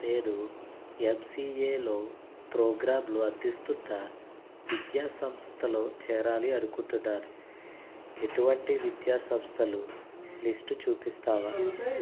నేను ఎంసిఏలో ప్రోగ్రాంలు అందిస్తున్న విద్యా సంస్థలో చేరాలి అనుకుంటున్నాను ఎటువంటి విద్యా సంస్థలు లిస్టు చూపిస్తావా